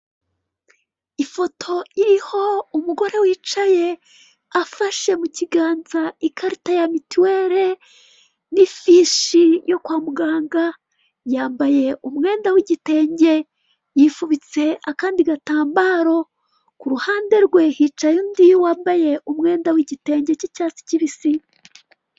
Ifoto iriho umugore wicaye afashe mu kiganza ikarita ya mituwele n'ifishi yo kwa muganga, yambaye umwenda w'igitenge, yifubitse akandi gatambaro. Kuruhande rwe hicaye undi wambaye umwenda w'igitenge cy'icyatsi kibisi.